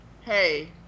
Hey